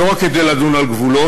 לא רק כדי לדון על גבולות,